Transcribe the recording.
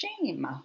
shame